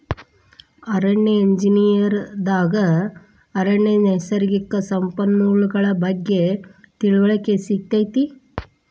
ಅರಣ್ಯ ಎಂಜಿನಿಯರ್ ದಾಗ ಅರಣ್ಯ ನೈಸರ್ಗಿಕ ಸಂಪನ್ಮೂಲಗಳ ಬಗ್ಗೆ ತಿಳಿವಳಿಕೆ ಸಿಗತೈತಿ